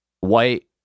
white